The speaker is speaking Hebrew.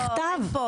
בכתב.